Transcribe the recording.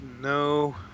no